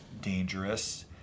dangerous